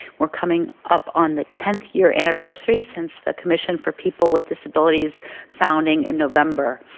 we are coming up on the tenth year anniversary since the commission for people with disabilities founding in november.